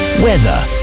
weather